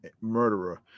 murderer